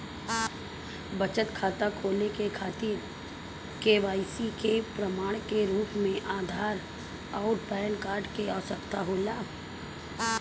बचत खाता खोले के खातिर केवाइसी के प्रमाण के रूप में आधार आउर पैन कार्ड के आवश्यकता होला